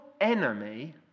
enemy